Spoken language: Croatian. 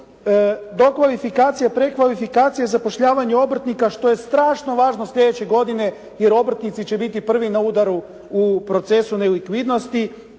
dokvalifikacija, prekvalifikacija i zapošljavanje obrtnika što je strašno važno slijedeće godine jer obrtnici će biti prvi na udaru u procesu nelikvidnosti